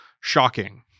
shocking